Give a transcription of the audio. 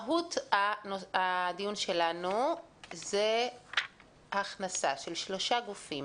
מהות הדיון שלנו זה הכנסה של שלושה גופים